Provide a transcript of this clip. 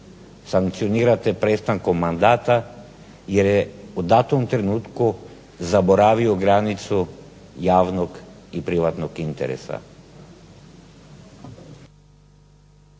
sankcionirate prestankom mandata jer je u datom trenutku zaboravio granicu javnog i privatnog interesa.